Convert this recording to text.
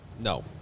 No